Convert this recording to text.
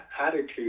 attitude